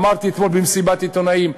אמרתי אתמול במסיבת עיתונאים,